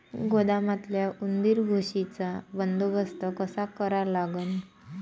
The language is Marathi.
गोदामातल्या उंदीर, घुशीचा बंदोबस्त कसा करा लागन?